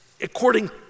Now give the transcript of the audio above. according